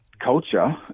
culture